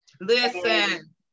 Listen